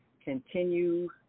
continue